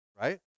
Right